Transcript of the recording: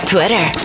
Twitter